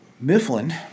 Mifflin